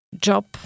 job